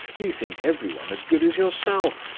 you think every one as good as yourself.